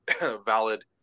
valid